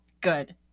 good